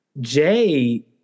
Jay